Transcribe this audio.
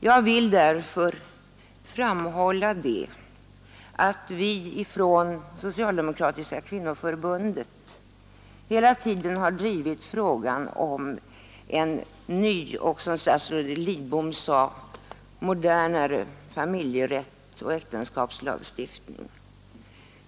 Jag vill därför framhålla att vi från Socialdemokratiska kvinnoförbundet hela tiden har drivit frågan om en ny och — som statsrådet Lidbom sade — modernare familjerätt och äktenskapslagstiftning.